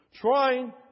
trying